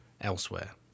elsewhere